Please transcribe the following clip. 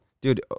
Dude